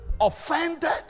Offended